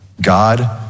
God